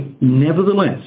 nevertheless